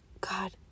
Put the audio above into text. God